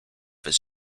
his